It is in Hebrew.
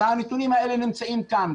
והנתונים האלה נמצאים כאן,